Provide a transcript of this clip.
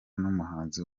n’umuhanzi